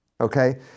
okay